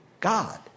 God